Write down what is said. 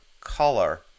color